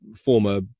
former